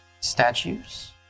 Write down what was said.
statues